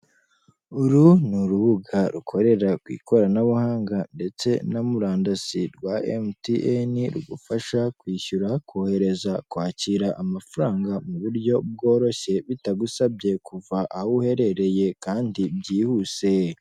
Uru ni urubuga rukorera ku ikoranabuhanga ndetse na murandasi rwa MTN rugufasha kwishyura, kohereza, kwakira amafaranga mu buryo bworoshye bitagusabye kuva aho uherereye kandi byihuse.